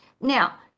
Now